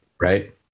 Right